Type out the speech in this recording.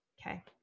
Okay